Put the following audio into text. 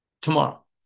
tomorrow